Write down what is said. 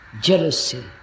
jealousy